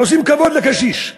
עושים כבוד לקשיש,